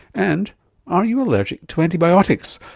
and are you allergic to antibiotics?